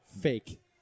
fake